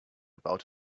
about